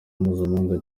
mpuzamahanga